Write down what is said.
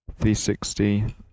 360